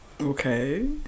Okay